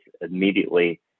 immediately